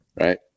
right